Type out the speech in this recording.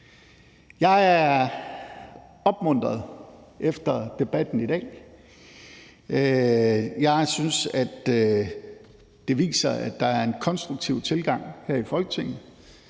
Jeg er opmuntret efter debatten i dag. Jeg synes, at det viser, at der er en konstruktiv tilgang her i Folketinget.